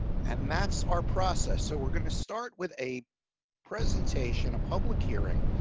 and that's our process. so we're going to start with a presentation a public hearing.